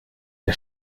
der